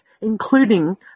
including